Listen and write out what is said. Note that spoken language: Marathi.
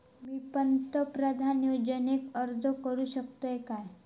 मी पंतप्रधान योजनेक अर्ज करू शकतय काय?